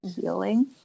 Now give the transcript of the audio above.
healing